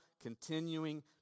continuing